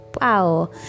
wow